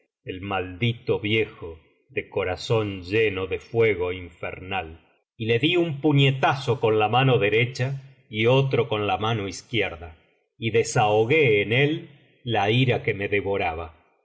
el maldito viejo de corazón lleno de uego infernal y le di un puñetazo con la mano derecha y otro con la izquierda y desahogué en él la ira que me devoraba